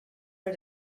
are